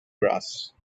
grass